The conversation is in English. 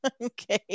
okay